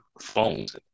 phones